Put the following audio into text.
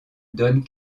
donne